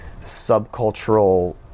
subcultural